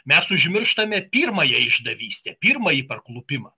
mes užmirštame pirmąją išdavystę pirmąjį parklupimą